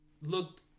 looked